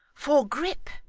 for grip,